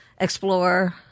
explore